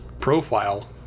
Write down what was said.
profile